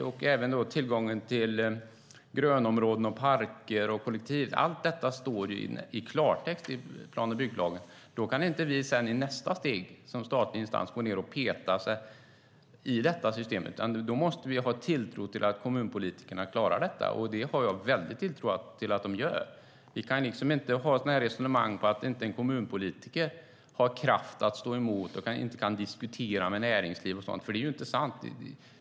Det gäller även tillgången till grönområden och parker. Allt detta står i klartext i plan och bygglagen. Då kan vi inte i nästa steg som statlig instans gå ned och peta i detta system, utan då måste vi ha tilltro till att kommunpolitikerna klarar detta. Och jag har en väldig tilltro till att de gör det. Vi kan inte ha resonemang om att en kommunpolitiker inte har kraft att stå emot och inte kan diskutera med näringsliv och sådant. För det är inte sant.